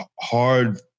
hard